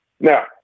Now